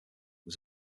was